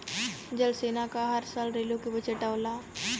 जल सेना क हर साल रेलो के बजट आवला